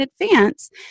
advance